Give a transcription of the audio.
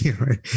right